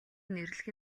нэрлэх